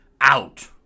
out